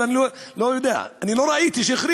אבל אני לא יודע, אני לא ראיתי שהחרימו.